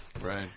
Right